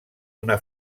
una